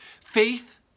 faith